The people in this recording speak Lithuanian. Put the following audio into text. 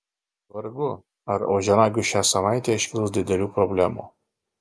vargu ar ožiaragiui šią savaitę iškils didelių problemų